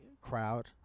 crowd